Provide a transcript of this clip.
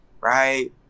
Right